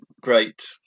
great